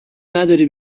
نداری